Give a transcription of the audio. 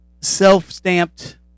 self-stamped